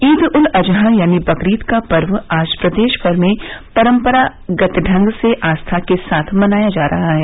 ईद उल अजहा यानी बकरीद का पर्व आज प्रदेश भर में परम्परागत ढंग से आस्था के साथ मनाया जा रहा है